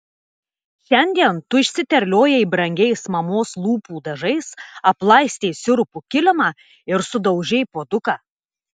šiandien tu išsiterliojai brangiais mamos lūpų dažais aplaistei sirupu kilimą ir sudaužei puoduką